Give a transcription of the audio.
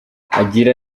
agira